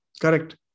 correct